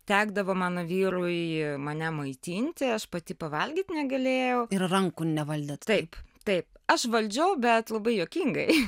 tekdavo mano vyrui mane maitinti aš pati pavalgyti negalėjau ir rankų nevaldėt taip taip aš valdžiau bet labai juokingai